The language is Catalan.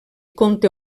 conté